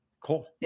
cool